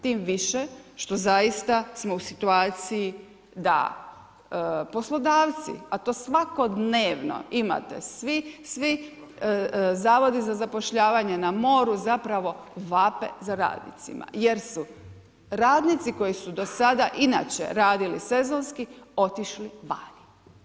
Tim više što zaista smo u situaciji da poslodavci, a to svakodnevno imate svi, svi zavodi za zapošljavanje na moru zapravo vape za radnicima jer su radnici koji su do sada inače radili sezonski otišli van.